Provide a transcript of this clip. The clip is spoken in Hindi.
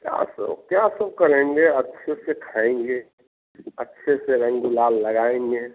क्या सब क्या सब करेंगे अच्छे से खाएँगे अच्छे से रंग गुलाल लगाएँगे